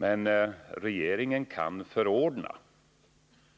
Men regeringen kan förordna